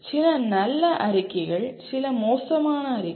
சில நல்ல அறிக்கைகள் சில மோசமான அறிக்கைகள்